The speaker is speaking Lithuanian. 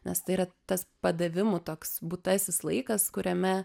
nes tai yra tas padavimų toks būtasis laikas kuriame